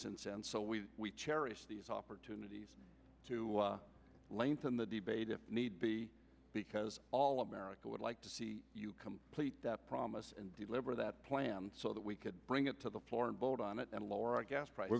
since and so we cherish these opportunities to lengthen the debate if need be because all of america would like to see you complete that promise and deliver that plan so that we could bring it to the floor and vote on it and lower our gas prices